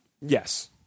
Yes